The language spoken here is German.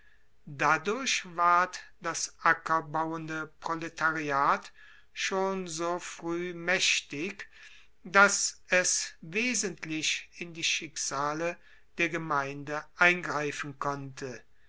dadurch ward das ackerbauende proletariat schon so frueh maechtig dass es wesentlich in die schicksale der gemeinde eingreifen konnte